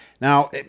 Now